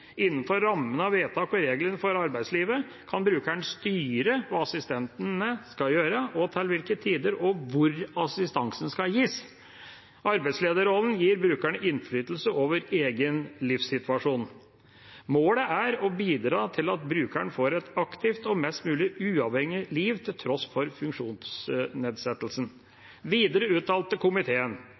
Innenfor rammen av vedtaket og reglene for arbeidslivet kan brukeren styre hva assistenten skal gjøre, og til hvilke tider og hvor assistansen skal gis. Arbeidslederrollen gir brukeren innflytelse over egen livssituasjon. Målet er å bidra til at brukeren får et aktivt og mest mulig uavhengig liv til tross for funksjonsnedsettelsen.» Videre uttalte komiteen: